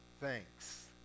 thanks